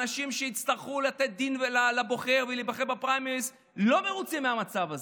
אנשים שיצטרכו לתת דין לבוחר ולהיבחר בפריימריז לא מרוצים מהמצב הזה.